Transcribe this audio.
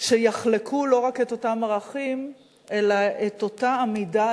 שיחלקו לא רק את אותם ערכים אלא את אותה עמידה